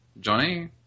Johnny